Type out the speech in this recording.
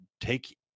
take